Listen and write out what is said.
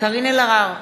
קארין אלהרר,